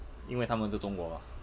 因为他们是中国嘛